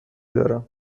دارم